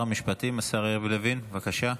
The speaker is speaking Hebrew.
ישיב שר המשפטים יריב לוין, בבקשה.